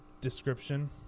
description